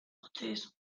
noches